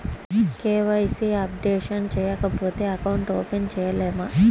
KYC updation చేయకపోతే account open చేయలేమా?